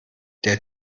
der